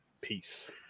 Peace